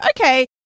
okay